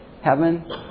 heaven